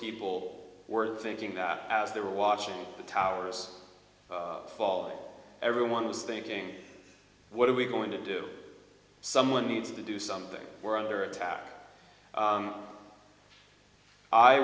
people were thinking that as they were watching the towers fall everyone was thinking what are we going to do someone needs to do something we're under attack